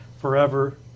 forever